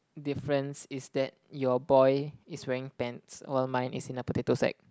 difference is that your boy is wearing pants while mine is in a potato sack